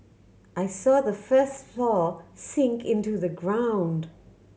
I saw the first floor sink into the ground